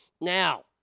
Now